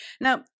Now